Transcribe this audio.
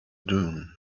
dune